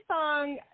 song